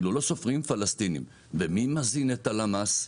כאילו לא סופרים פלסטינים ומי מזין את הלמ"ס?